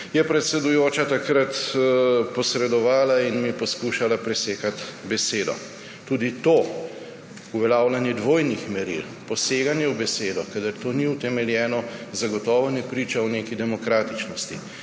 je predsedujoča takrat posredovala in mi poskušala presekati besedo. Tudi to uveljavljanje dvojnih meril, poseganje v besedo, kadar to ni utemeljeno, zagotovo ne priča o neki demokratičnosti.